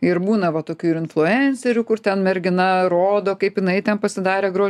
ir būna va tokių ir influencerių kur ten mergina rodo kaip jinai ten pasidarė grožio